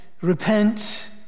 repent